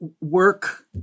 work